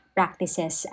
Practices